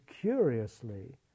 curiously